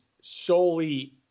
solely